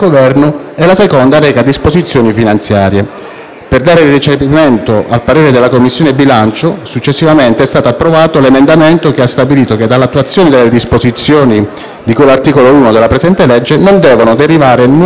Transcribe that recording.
Per recepire il parere della Commissione bilancio è stato successivamente approvato un emendamento che ha stabilito che, dall'attuazione delle disposizioni di cui l'articolo 1 della presente legge, non devono derivare nuovi o maggiori oneri a carico della finanza pubblica.